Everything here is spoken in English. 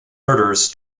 murders